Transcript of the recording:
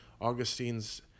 Augustine's